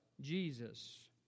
Jesus